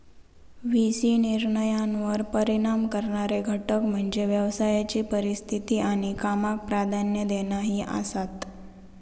V C निर्णयांवर परिणाम करणारे घटक म्हणजे व्यवसायाची परिस्थिती आणि कामाक प्राधान्य देणा ही आसात